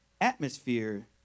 atmosphere